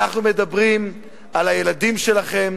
אנחנו מדברים על הילדים שלכם,